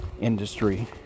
industry